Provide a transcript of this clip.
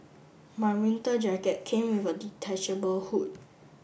my winter jacket came with a detachable hood